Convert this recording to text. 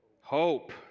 Hope